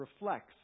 reflects